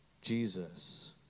Jesus